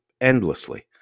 endlessly